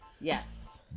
Yes